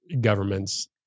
governments